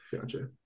Gotcha